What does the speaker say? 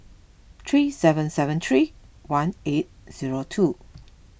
three seven seven three one eight zero two